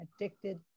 addicted